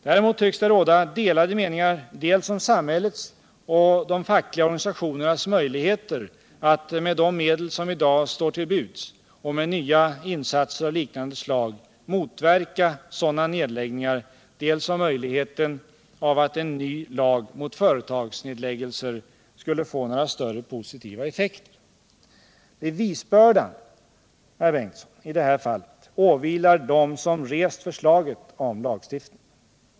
Däremot tycks det råda delade meningar dels om samhällets och de fackliga organisationernas möjligheter att med de medel som i dag står till buds och med nya insatser av liknande slag motverka sådana nedläggningar, dels om möjligheten av att en ny lag mot företagsnedläggelser skulle få några större positiva effekter. Bevisbördan i det här fallet åvilar dem som rest förslaget om lagstiftning.